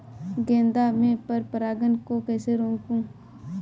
गेंदा में पर परागन को कैसे रोकुं?